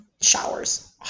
showers